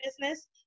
business